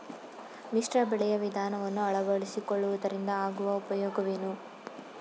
ಮಿಶ್ರ ಬೆಳೆಯ ವಿಧಾನವನ್ನು ಆಳವಡಿಸಿಕೊಳ್ಳುವುದರಿಂದ ಆಗುವ ಉಪಯೋಗವೇನು?